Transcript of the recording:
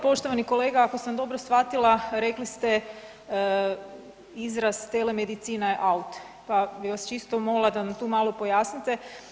Poštovani kolega, ako sam dobro shvatila rekli ste izraz „telemedicina je out“, pa bi vas čisto molila da nam tu malo pojasnite.